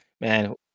Man